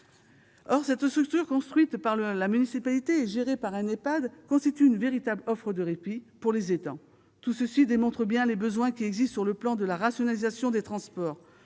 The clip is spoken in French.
Or cette structure, construite par la municipalité et gérée par un Ehpad, constitue une véritable offre de répit pour les aidants. Tout cela démontre bien les besoins qui existent sur le plan de la rationalisation des transports.